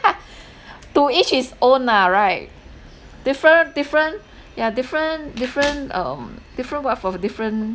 to each his own ah right different different yeah different different um different route of different